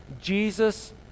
Jesus